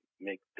make